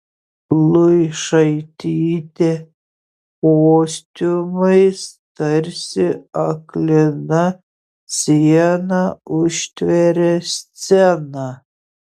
luišaitytė kostiumais tarsi aklina siena užtveria sceną